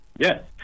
yes